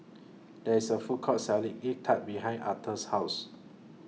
There IS A Food Court Selling Egg Tart behind Authur's House